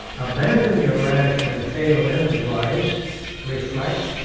abandon your rash and fatal enterprise reflect,